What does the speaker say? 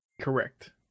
Correct